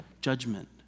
judgment